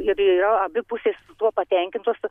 ir yra abi pusės tuo patenkintos